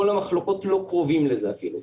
כל המחלוקות לא קרובים לזה אפילו.